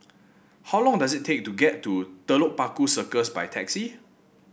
how long does it take to get to Telok Paku Circus by taxi